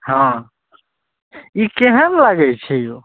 हँ ई केहन लगै छै औ